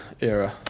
era